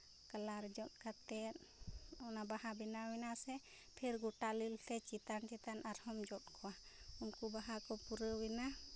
colour ᱡᱚᱫ ᱠᱟᱛᱮᱫ ᱚᱱᱟ ᱵᱟᱦᱟ ᱵᱮᱱᱟᱣᱮᱱᱟ ᱥᱮ ᱯᱷᱤᱨ ᱜᱚᱴᱟ ᱞᱤᱞᱛᱮ ᱪᱮᱛᱟᱱ ᱪᱮᱛᱟᱱ ᱟᱨᱦᱚᱢ ᱡᱚᱫ ᱠᱚᱣᱟ ᱩᱱᱠᱩ ᱵᱟᱦᱟ ᱠᱚ ᱯᱩᱨᱟᱹᱣᱮᱱᱟ